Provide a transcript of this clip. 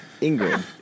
Ingrid